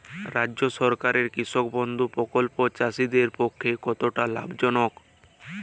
রাজ্য সরকারের কৃষক বন্ধু প্রকল্প চাষীদের পক্ষে কতটা লাভজনক?